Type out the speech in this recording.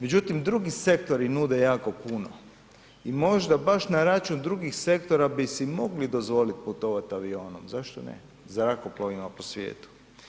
Međutim drugi sektori nude jako puno i možda baš na račun drugih sektora bi si mogli dozvolit putovat avionom, zašto ne? zrakoplovima po svijetu.